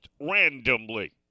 randomly